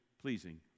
pleasing